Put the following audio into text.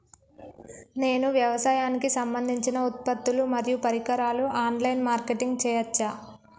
నేను వ్యవసాయానికి సంబంధించిన ఉత్పత్తులు మరియు పరికరాలు ఆన్ లైన్ మార్కెటింగ్ చేయచ్చా?